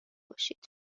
باشید